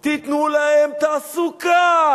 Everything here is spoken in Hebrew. תיתנו להם תעסוקה.